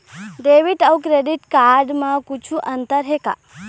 Debit अऊ credit card म कुछू अंतर हे का?